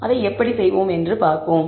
அதை எப்படி செய்வது என்று பார்ப்போம்